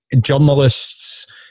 journalists